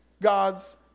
God's